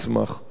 תודה רבה.